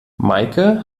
meike